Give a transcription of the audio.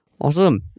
Awesome